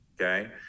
Okay